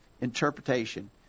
interpretation